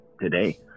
today